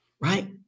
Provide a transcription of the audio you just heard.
Right